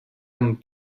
amb